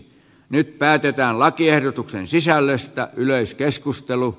nyt päätetään lakiehdotuksen sisällöstä yleiskeskustelu